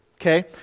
Okay